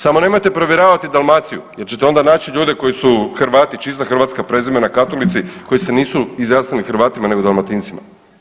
Samo nemojte provjeravati Dalmaciju jer ćete onda naći ljudi koji su Hrvati, čista hrvatska prezimena katolici koji se nisu izjasnili Hrvatima nego Dalmatincima.